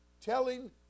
telling